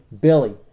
Billy